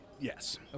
Yes